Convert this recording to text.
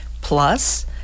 plus